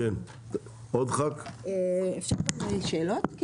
אפשר גם שאלות?